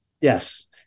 Yes